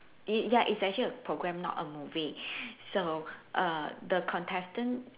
it ya it's actually a program not a movie so err the contestant